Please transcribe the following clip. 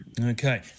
Okay